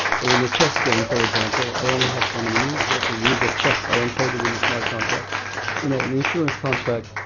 so in the chess game, for example, i only have so many moves. the rules of chess are encoded in the smart contract. the insurance contract,